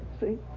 see